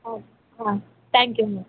ah ah thank you ma'am